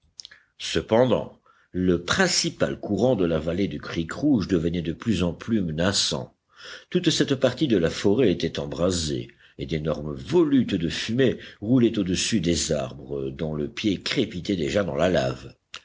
cependant le principal courant de la vallée du creek rouge devenait de plus en plus menaçant toute cette partie de la forêt était embrasée et d'énormes volutes de fumée roulaient au-dessus des arbres dont le pied crépitait déjà dans la lave